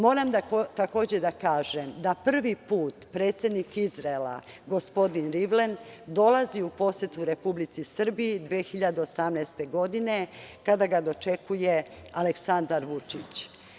Moram takođe da kažem da prvi put predsednik Izraela, gospodin Rivlin, dolazi u posetu Republici Srbiji 2018. godine, kada ga dočekuje Aleksandar Vučić.